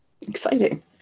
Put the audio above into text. Exciting